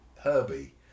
Herbie